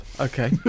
Okay